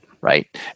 Right